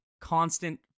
constant